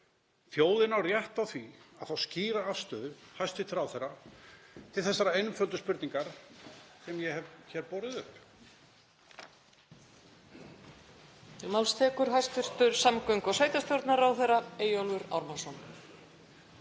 Þjóðin á rétt á því að fá skýra afstöðu hæstv. ráðherra til þeirrar einföldu spurningar sem ég hef borið upp.